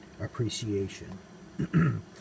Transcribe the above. Appreciation